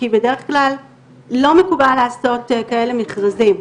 כי בדרך כלל לא מקובל לעשות כאלה מכרזים.